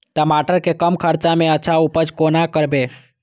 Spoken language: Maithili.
टमाटर के कम खर्चा में अच्छा उपज कोना करबे?